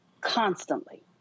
constantly